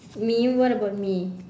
me what about me